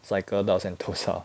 cycle 到 sentosa